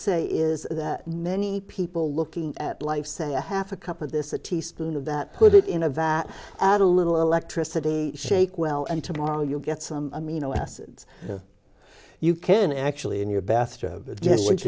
say is that many people looking at life say a half a cup of this a teaspoon of that put it in of that add a little electricity shake well and tomorrow you'll get some amino acids you can actually in your bathtub